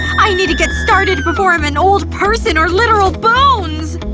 i need to get started before i'm an old person or literal bones!